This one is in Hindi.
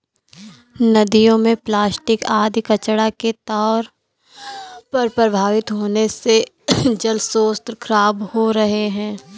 नदियों में प्लास्टिक आदि कचड़ा के तौर पर प्रवाहित होने से जलस्रोत खराब हो रहे हैं